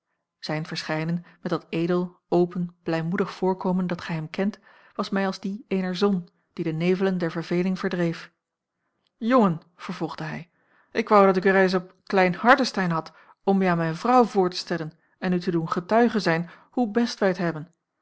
zijn verschijnen met dat edel open blijmoedig voorkomen dat gij hem kent was mij als die eener zon die de nevelen der verveeling verdreef jongen vervolgde hij ik woû dat ik u reis op klein hardestein had om u aan mijn vrouw voor te stellen en u te doen getuige zijn hoe best wij het hebben